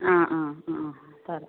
ആ ആ ആ പറയാ